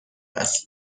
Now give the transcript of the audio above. است